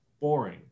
Boring